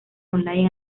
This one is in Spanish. online